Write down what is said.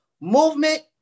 movement